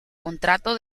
contrato